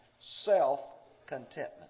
self-contentment